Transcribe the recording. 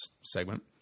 segment